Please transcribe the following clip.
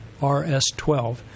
rs12